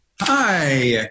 Hi